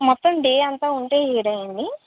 మొత్తం డే అంతా ఉంటే ఏడువేలాండి